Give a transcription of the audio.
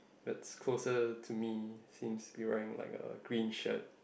the closest to me seems wearing like a green shirt